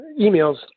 emails